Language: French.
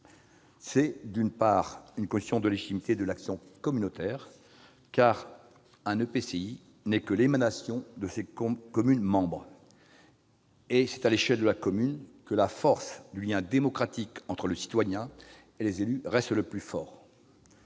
C'est, d'une part, une condition de la légitimité de l'action communautaire, car un EPCI n'est que l'émanation de ses communes membres ; c'est à l'échelle de la commune que le lien démocratique entre les citoyens et les élus reste le plus fort.